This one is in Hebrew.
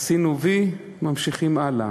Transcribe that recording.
עשינו "וי", ממשיכים הלאה.